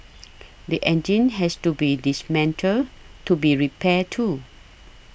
the engine has to be dismantled to be repaired too